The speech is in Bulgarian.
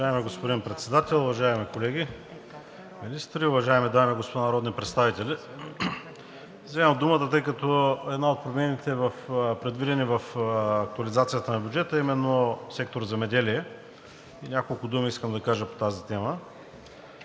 Уважаеми господин Председател уважаеми колеги министри, уважаеми дами и господа народни представители! Взимам думата, тъй като една от промените, предвидени в актуализацията на бюджета, е именно сектор „Земеделие“ и няколко думи искам да кажа по тази тема.